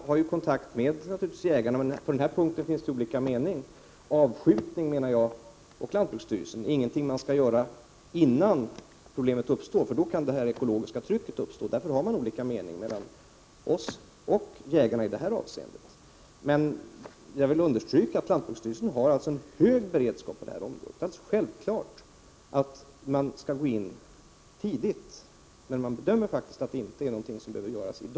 Herr talman! Lantbruksstyrelsen har kontakt med jägarna. På denna punkt finns olika meningar. Avskjutning är ingen åtgärd man skall vidta innan problemet uppstår, för då kan ett ekologiskt tryck uppstå. Det är vad man anser på lantbruksstyrelsen, och det är också min mening. Det råder här delade meningar mellan jägarna och lantbruksstyrelsen. Jag vill understryka att lantbruksstyrelsen har en hög beredskap på detta område. Det är alldeles självklart att man skall ingripa tidigt. Men man bedömer att åtgärder inte behöver vidtas : dag.